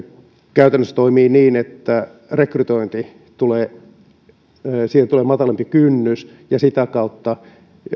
käytännössä toimii niin että rekrytointiin tulee matalampi kynnys ja sitä kautta